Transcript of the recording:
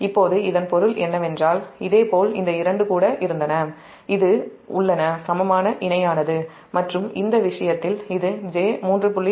இப்போது இதன் பொருள் என்னவென்றால் இந்த இரண்டு கூட இருந்தன இது சமமான இணையானது மற்றும் இந்த விஷயத்தில் இது j3